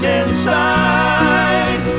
inside